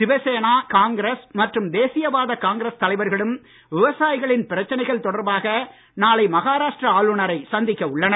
சிவசேனா காங்கிரஸ் மற்றும் தேசியவாத காங்கிரஸ் தலைவர்களும் விவசாயிகளின் பிரச்சனைகள் தொடர்பாக நாளை மஹாராஷ்டிரா ஆளுனரை சந்திக்க உள்ளனர்